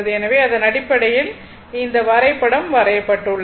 எனவே அதன் அடிப்படையில் இந்த வரைபடம் வரையப்பட்டுள்ளது